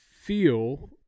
feel